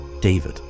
David